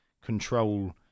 control